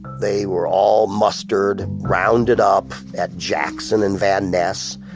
they were all mustered, rounded up at jackson and van ness.